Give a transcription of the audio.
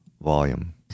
volume